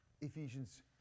Ephesians